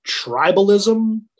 tribalism